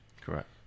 Correct